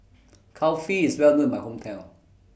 Kulfi IS Well known in My Hometown